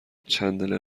چندلر